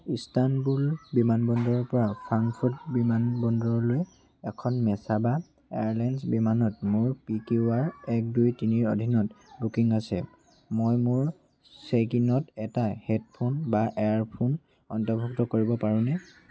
Istanbul বিমানবন্দৰৰ পৰা Frankfurt বিমানবন্দৰলৈ এখন মেছাবা এয়াৰলাইনছ বিমানত মোৰ পি কিউ আৰ এক দুই তিনিৰ অধীনত বুকিং আছে মই মোৰ চেক ইনত এটা হেডফ'ন বা ইয়াৰফোন অন্তৰ্ভুক্ত কৰিব পাৰোঁনে